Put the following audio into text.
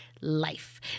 life